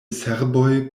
serboj